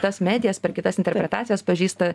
tas medijas per kitas interpretacijas pažįsta